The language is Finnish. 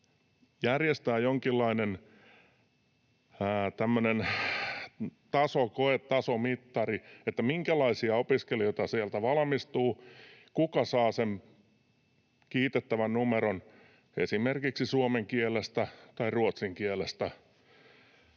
järjestää jonkinlainen tämmöinen tasokoe, tasomittari siihen, minkälaisia opiskelijoita sieltä valmistuu, kuka saa sen kiitettävän numeron esimerkiksi suomen kielestä tai ruotsin kielestä.